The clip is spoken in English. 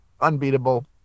unbeatable